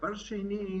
דבר שני,